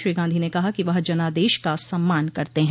श्री गांधी ने कहा कि वह जनादेश का सम्मान करते हैं